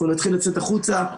אנחנו נתחיל לצאת החוצה,